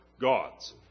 gods